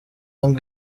ngo